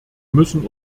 müssen